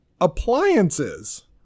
Appliances